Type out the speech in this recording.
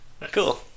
Cool